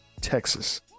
Texas